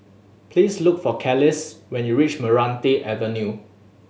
please look for Carlisle when you reach Meranti Avenue